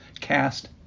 cast